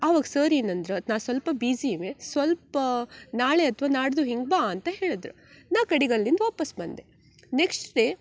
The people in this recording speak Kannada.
ಆವಾಗ ಸರ್ ಏನಂದ್ರು ನಾ ಸ್ವಲ್ಪ ಬೀಝಿವೆ ಸ್ವಲ್ಪ ನಾಳೆ ಅಥ್ವಾ ನಾಡಿದ್ದು ಹಿಂಗೆ ಬಾ ಅಂತ ಹೇಳಿದ್ರು ನಾ ಕಡಿಗೆ ಅಲ್ಲಿಂದು ವಾಪಸ್ ಬಂದೆ ನೆಕ್ಸ್ಟ್ ಡೇ